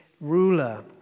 ruler